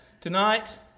Tonight